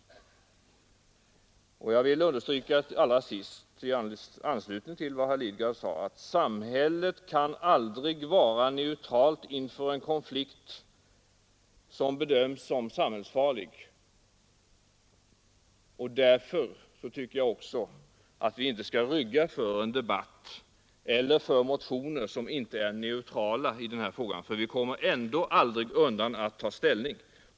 Allra sist vill jag understryka, i anslutning till vad herr Lidgard sade, att samhället aldrig kan vara neutralt inför en konflikt som bedöms som samhällsfarlig. Därför tycker jag att vi skall kunna föra en öppen debatt och godta motioner som inte är neutrala — också i den här frågan, för vi kommer ändå aldrig ifrån att ta ställning.